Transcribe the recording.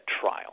trial